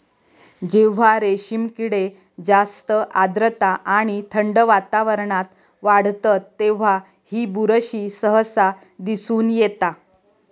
जेव्हा रेशीम किडे जास्त आर्द्रता आणि थंड वातावरणात वाढतत तेव्हा ही बुरशी सहसा दिसून येता